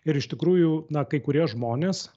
ir iš tikrųjų na kai kurie žmonės